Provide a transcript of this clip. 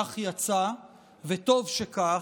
כך יצא וטוב שכך,